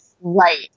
Right